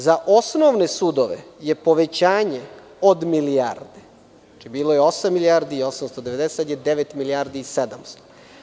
Za osnovne sudove je povećanje od milijarde, bilo je osam milijardi i 890, sada je devet milijardi i 700.